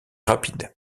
rapides